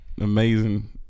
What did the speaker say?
amazing